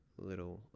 little